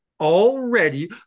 already